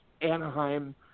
Anaheim